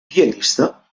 pianista